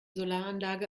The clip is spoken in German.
solaranlage